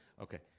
okay